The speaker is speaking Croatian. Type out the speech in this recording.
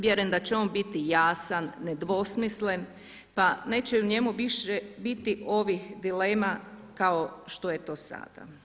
Vjerujem da će on biti jasan, nedvosmislen pa neće u njemu više biti ovih dilema kako što je to sada.